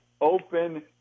Open